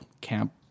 camp